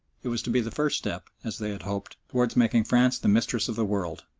it was to be the first step, as they had hoped, towards making france the mistress of the world,